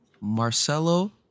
Marcelo